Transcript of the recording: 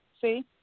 See